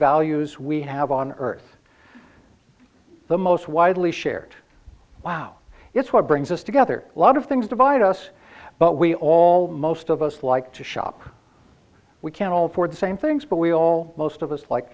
values we have on earth the most widely shared wow it's what brings us together a lot of things divide us but we all most of us like to shop we can all afford the same things but we all most of us like